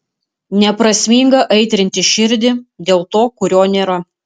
neprasminga aitrinti širdį dėl to kurio nėra